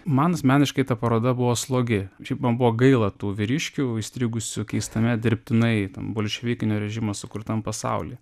man asmeniškai ta paroda buvo slogi šiaip man buvo gaila tų vyriškių įstrigusių keistame dirbtinai tam bolševikinio režimo sukurtam pasauly